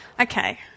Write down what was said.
Okay